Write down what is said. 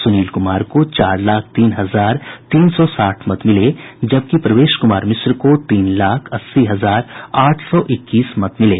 सुनील कुमार को चार लाख तीन हजार तीन सौ साठ मत मिले जबकि प्रवेश मिश्रा को तीन लाख अस्सी हजार आठ सौ इक्कीस मत मिले